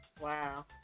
Wow